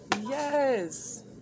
yes